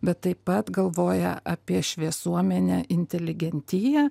bet taip pat galvoja apie šviesuomenę inteligentiją